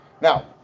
Now